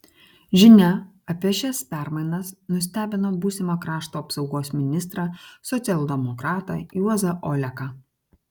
žinia apie šias permainas nustebino būsimą krašto apsaugos ministrą socialdemokratą juozą oleką